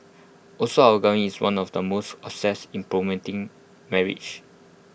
also our government is one of the most obsessed in promoting marriage